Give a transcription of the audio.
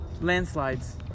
Landslides